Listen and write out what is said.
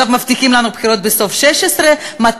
עכשיו מבטיחים לנו בחירות בסוף 16'. זה יגיע בקרוב.